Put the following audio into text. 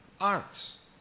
arts